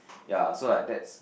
ya so like that's